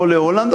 או להולנד,